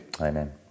Amen